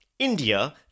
India